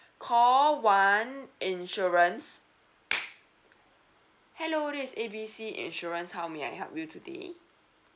call one insurance hello this is A B C insurance how may I help you today